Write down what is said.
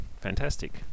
Fantastic